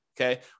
okay